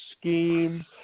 scheme